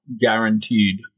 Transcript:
guaranteed